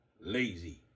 Lazy